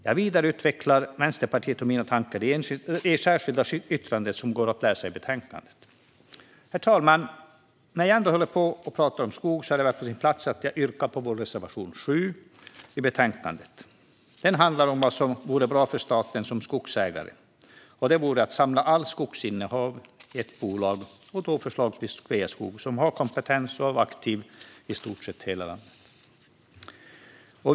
Jag vidareutvecklar Vänsterpartiets och mina tankar i det särskilda yttrande som går att läsa i betänkandet. Herr talman! När jag ändå talar om skog är det på sin plats att jag yrkar bifall till vår reservation, nr 7 i betänkandet. Den handlar om vad som vore bra för staten som skogsägare, vilket vore att samla allt skogsinnehav i ett bolag och då förslagsvis Sveaskog som har kompetens och är aktivt i så gott som hela landet.